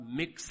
mix